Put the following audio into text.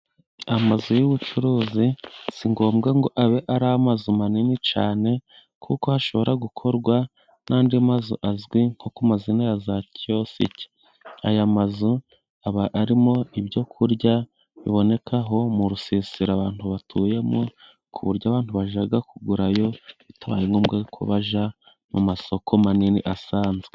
Amazu y'ubucuruzi si ngombwa ngo abe ari amazu manini cyane, kuko hashobora gukorwa n'andi mazu azwi nko ku mazina ya za kiyosike , aya mazu aba arimo ibyo kurya bibonekaho mu rusisiro abantu batuyemo, ku buryo abantu bajya kugurayo bitabaye ngombwa ko baja mu masoko manini asanzwe.